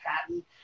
Patton